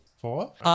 Four